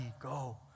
go